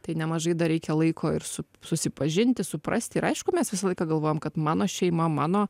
tai nemažai dar reikia laiko ir su susipažinti suprasti ir aišku mes visą laiką galvojam kad mano šeima mano